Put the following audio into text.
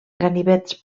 ganivets